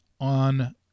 on